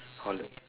call her